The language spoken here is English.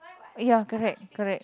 ya correct correct